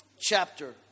chapter